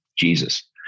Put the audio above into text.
Jesus